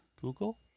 Google